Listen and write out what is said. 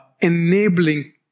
enabling